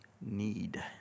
need